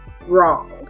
wrong